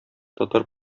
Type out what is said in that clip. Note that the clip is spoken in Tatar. татар